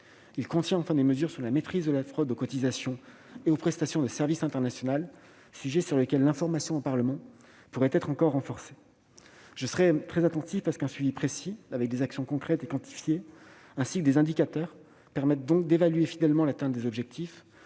plan contient, enfin, des mesures sur la maîtrise de la fraude aux cotisations et aux prestations de service internationales, sujet sur lequel l'information du Parlement pourrait encore être renforcée. Je serai particulièrement attentif à ce qu'un suivi précis, avec des actions concrètes et quantifiées, ainsi que des indicateurs permettant d'évaluer fidèlement l'atteinte des objectifs